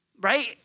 right